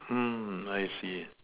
mm I see